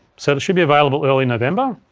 sort of should be available early november.